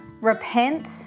Repent